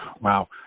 Wow